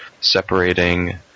separating